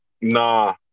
Nah